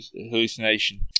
hallucination